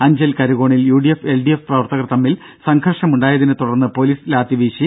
അഞ്ചൽ കരുകോണിൽ യുഡിഎഫ് എൽഡിഎഫ് തമ്മിൽ സംഘർഷമുണ്ടായതിനെത്തുടർന്ന് പൊലീസ് ലാത്തി വീശി